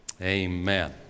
Amen